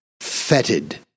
fetid